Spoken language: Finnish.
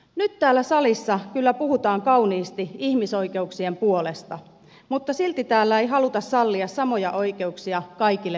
nyt täällä salissa kyllä puhutaan kauniisti ihmisoikeuksien puolesta mutta silti täällä ei haluta sallia samoja oikeuksia kaikille konkreettisesti